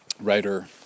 writer